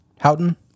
Houghton